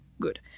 Good